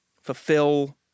fulfill